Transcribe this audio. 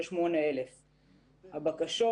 הייתה 38,000. לגבי הבקשות